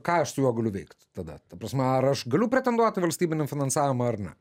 ką aš su juo galiu veikt tada ta prasme ar aš galiu pretenduot į valstybinį finansavimą ar ne